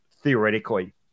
theoretically